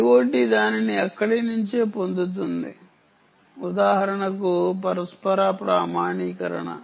IoT దానిని అక్కడి నుండే పొందుతుంది ఉదాహరణకు పరస్పర ప్రామాణీకరణ